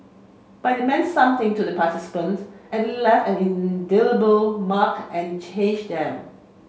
but it meant something to the participants and it left an indelible mark and it changed them